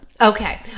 Okay